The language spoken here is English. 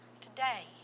today